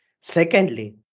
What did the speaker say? Secondly